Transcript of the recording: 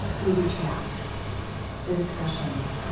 booby traps the discussions,